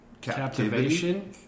Captivation